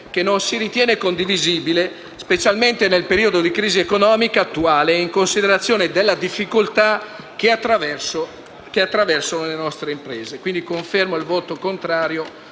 che non si ritiene condivisibile, specialmente nel periodo di crisi economica attuale e in considerazione della difficoltà che attraversano le nostre imprese. Confermo quindi il voto contrario